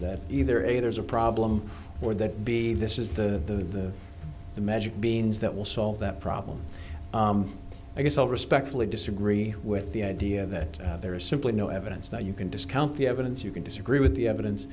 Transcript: that either a there's a problem or that b this is the the magic beans that will solve that problem i guess i'll respectfully disagree with the idea that there is simply no evidence that you can discount the evidence you can disagree with the evidence